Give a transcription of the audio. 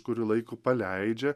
kurį laiku paleidžia